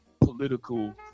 political